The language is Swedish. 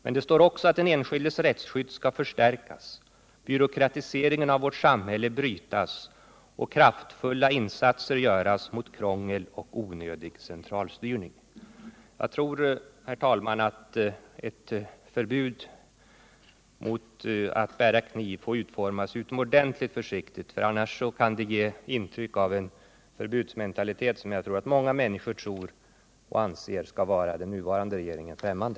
Men det heter också att den enskildes rättsskydd skall förstärkas, byråkratiseringen av vårt samhälle brytas och kraftfulla insatser göras mot krångel och onödig centralstyrning. Jag tror att ett förbud mot att bära kniv i vilken form det än sker måste utformas utomordentligt försiktigt — annars kan det ge intryck av en förbudsmentalitet som jag tror många människor anser skall vara den nuvarande regeringen främmande.